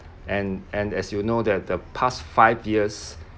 and and as you know that the past five years